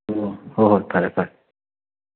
ꯑꯣ ꯍꯣꯏ ꯍꯣꯏ ꯐꯔꯦ ꯐꯔꯦ